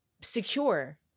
secure